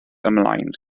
ymlaen